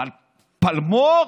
אבל פלמור,